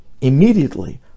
immediately